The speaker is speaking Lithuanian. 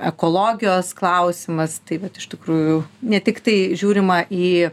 ekologijos klausimas tai vat iš tikrųjų ne tiktai žiūrima į